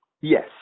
Yes